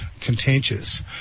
contentious